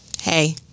Hey